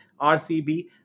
RCB